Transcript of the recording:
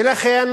ולכן